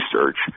research